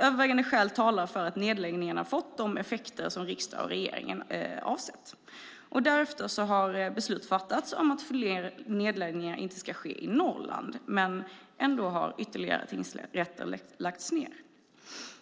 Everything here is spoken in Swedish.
övervägande skäl talar för att nedläggningarna fått de effekter riksdagen och regeringen har avsett. Därefter har beslut fattats om att fler nedläggningar inte ska ske i Norrland. Ändå har ytterligare tingsrätter lagts ned.